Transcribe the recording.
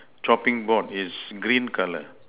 chopping board is green color